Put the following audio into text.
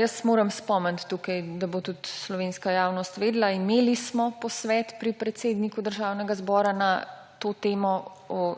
Jaz moram spomniti tukaj, da bo tudi slovenska javnost vedela, imeli smo posvet pri predsedniku Državnega zbora na to temo o